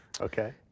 Okay